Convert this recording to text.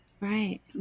Right